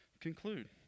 conclude